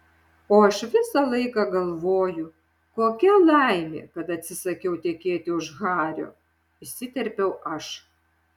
o aš visą laiką galvoju kokia laimė kad atsisakiau tekėti už hario įsiterpiau aš